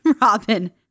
Robin